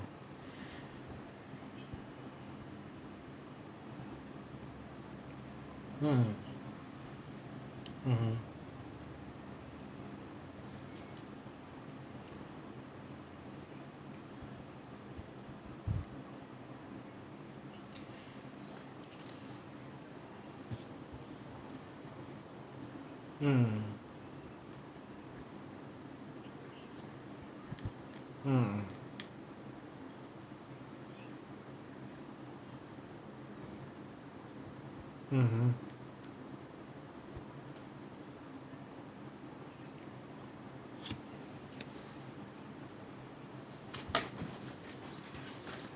mm mmhmm mm mm mmhmm